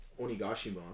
Onigashima